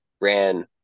ran